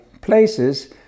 places